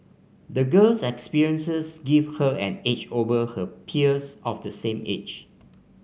the girl's experiences gave her an edge over her peers of the same age